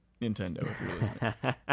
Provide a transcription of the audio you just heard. nintendo